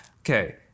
Okay